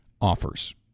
offers